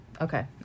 Okay